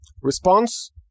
Response